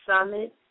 Summit